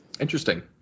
Interesting